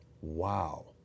Wow